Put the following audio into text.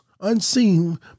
unseen